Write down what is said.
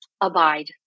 abide